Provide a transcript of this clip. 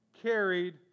carried